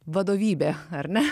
vadovybė ar ne